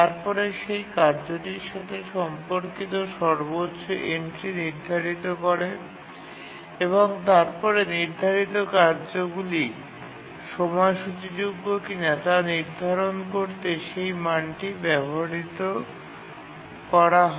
তারপরে সেই কার্যটির সাথে সম্পর্কিত সর্বোচ্চ এন্ট্রি নির্ধারিত করে এবং তারপরে নির্ধারিত কার্যগুলি সময়সূচীযোগ্য কিনা তা নির্ধারণ করতে সেই মানটি ব্যবহৃত করা হয়